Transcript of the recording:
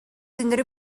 unrhyw